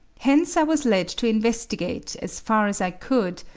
hence i was led to investigate, as far as i could,